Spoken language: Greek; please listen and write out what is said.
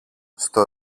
στο